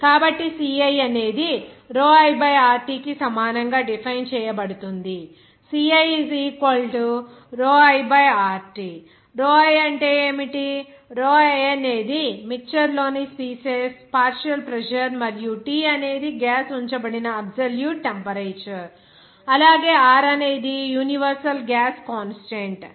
కాబట్టి ci అనేది pi by RT కి సమానం గా డిఫైన్ చేయబడుతుంది ciiRT pi అంటే ఏమిటి pi అనేది మిక్చర్ లోని స్పీసీస్ పార్షియల్ ప్రెజర్ మరియు T అనేది గ్యాస్ ఉంచబడిన అబ్సొల్యూట్ టెంపరేచర్ అలాగే R అనేది యూనివర్సల్ గ్యాస్ కాన్స్టాంట్